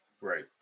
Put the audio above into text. right